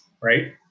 right